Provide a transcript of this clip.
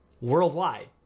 worldwide